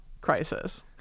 crisis